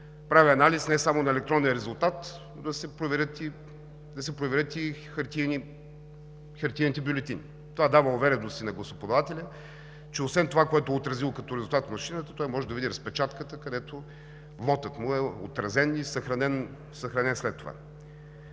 прави анализ не само на електронния резултат, но да се проверят и хартиените бюлетини. Това дава увереност и на гласоподавателя, че освен това, което е отразила машината като резултат, той може да види и разпечатката, където вотът му е отразен и след това